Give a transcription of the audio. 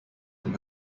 from